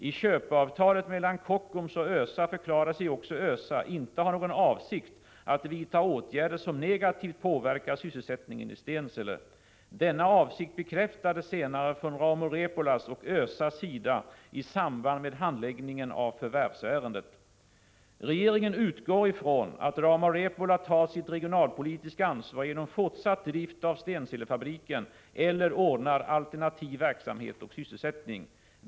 I köpeavtalet mellan Kockums och ÖSA förklarar sig också ÖSA inte ha någon avsikt att vidta åtgärder som negativt påverkar sysselsättningen i Stensele. Denna avsikt bekräftades senare från Rauma Repolas och ÖSA:s sida i samband med handläggningen av förvärvsärendet. Regeringen utgår ifrån att Rauma Repola tar sitt regionalpolitiska ansvar genom fortsatt drift av Stenselefabriken eller ordnar alternativ verksamhet och sysselsättning.